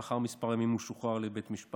אך לאחר כמה ימים הוא שוחרר על ידי בית משפט.